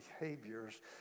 behaviors